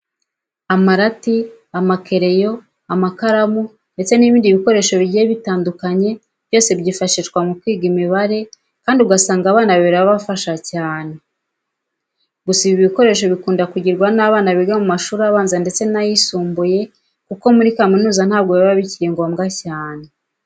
Amarati, amakereyo, amakaramu ndetse n'ibindi bikoresho bigiye bitandukanye byose byifashishwa mu kwiga imibare kandi ugasanga abana birabafasha cyane. Gusa ibi bikoresho bikunda kugirwa n'abana biga mu mashuri abanza ndetse n'ayisumbuye kuko muri kaminuza ntabwo biba bikiri ngombwa cyane.